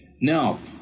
Now